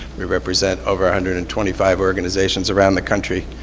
we represent over hundred and twenty five organizations around the country.